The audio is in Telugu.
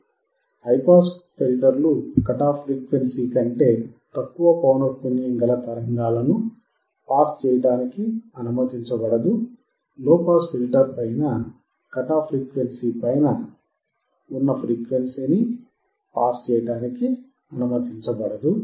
హైపాస్ ఫిల్టర్లు కట్ ఆఫ్ ఫ్రీక్వెన్సీ కంటే తక్కువ పౌనఃపున్యం గల తరంగాలను పాస్ చేయడానికి అనుమతించబడదు లోపాస్ ఫిల్టర్లలో పైన కట్ ఆఫ్ ఫ్రీక్వెన్సీ పైన ఉన్న ఫ్రీక్వెన్సీని పాస్ చేయడానికి అనుమతించబడదు అని